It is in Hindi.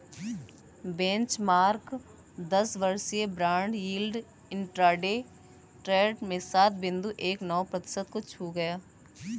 बेंचमार्क दस वर्षीय बॉन्ड यील्ड इंट्राडे ट्रेड में सात बिंदु एक नौ प्रतिशत को छू गया